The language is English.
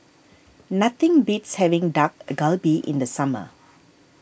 nothing beats having Dak Galbi in the summer